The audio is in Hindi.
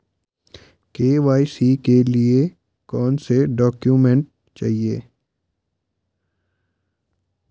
के.वाई.सी के लिए कौनसे डॉक्यूमेंट चाहिये?